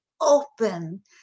open